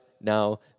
now